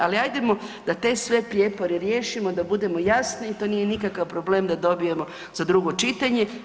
Ali ajdemo da sve te prijepore riješimo, da budemo jasni i to nije nikakav problem da dobijemo za drugo čitanje.